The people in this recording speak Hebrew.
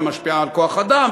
ומשפיעה על כוח אדם,